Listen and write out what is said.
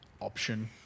option